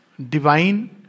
Divine